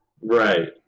Right